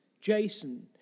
Jason